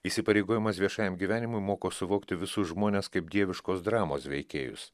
įsipareigojimas viešajam gyvenimui moko suvokti visus žmones kaip dieviškos dramos veikėjus